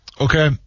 Okay